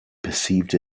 perceived